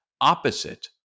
opposite